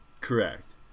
Correct